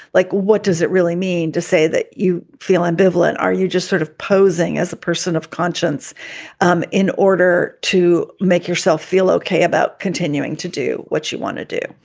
like, what does it really mean to say that you feel ambivalent? are you just sort of posing as a person of conscience um in order to make yourself feel okay about continuing to do what you want to do?